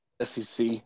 SEC –